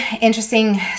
interesting